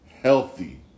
healthy